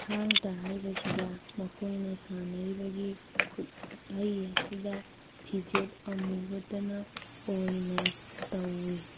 ꯊꯥꯡ ꯇꯥ ꯍꯥꯏꯕꯁꯤꯗ ꯃꯈꯣꯏꯅ ꯁꯥꯟꯅꯔꯤꯕꯒꯤ ꯈꯨꯠꯍꯩ ꯑꯁꯤꯗ ꯐꯤꯖꯦꯠ ꯑꯃꯨꯕꯇꯅ ꯑꯣꯏꯅ ꯇꯧꯋꯤ